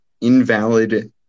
invalid